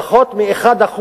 פחות מ-1%,